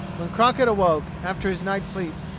when crockett awoke, after his night's sleep,